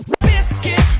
Biscuit